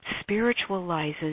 spiritualizes